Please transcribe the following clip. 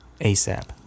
asap